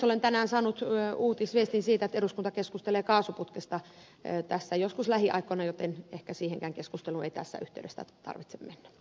olen tänään saanut uutisviestin siitä että eduskunta keskustelee kaasuputkesta joskus lähiaikoina joten ehkä siihenkään keskusteluun ei tässä yhteydessä tarvitse mennä